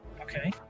Okay